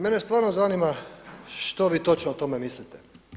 Mene stvarno zanima što vi točno o tome mislite.